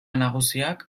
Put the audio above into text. nagusiak